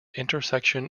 intersection